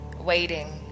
waiting